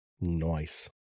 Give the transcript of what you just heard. Nice